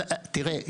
תראה,